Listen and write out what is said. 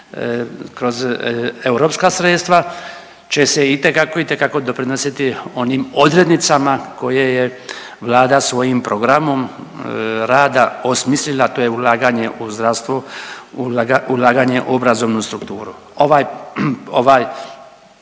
kroz europska sredstva će se itekako, itekako doprinositi onim odrednicama koje je Vlada svojim programom rada osmislila, to je ulaganje u zdravstvo, ulaganje u obrazovnu strukturu.